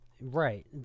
Right